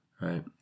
Right